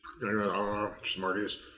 Smarties